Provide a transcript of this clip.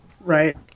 right